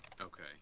Okay